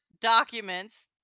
documents